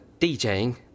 DJing